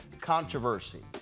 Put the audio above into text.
controversy